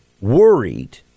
worried